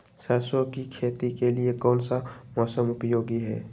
सरसो की खेती के लिए कौन सा मौसम उपयोगी है?